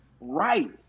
right